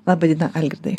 laba diena algirdai